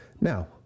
Now